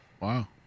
Wow